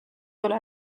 ole